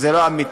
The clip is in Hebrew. זה לא אמיתי.